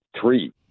three